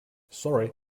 sorry